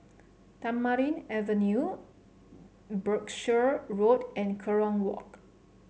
Tamarind Avenue Berkshire Road and Kerong Walk